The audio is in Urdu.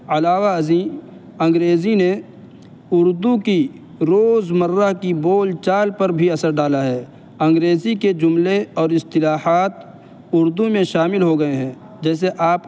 علاوہ ازیں انگریزی نے اردو کی روزمرہ کی بول چال پر بھی اثر ڈالا ہے انگریزی کے جملے اور اصطلاحات اردو میں شامل ہو گئے ہیں جیسے آپ